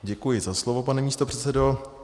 Děkuji za slovo, pane místopředsedo.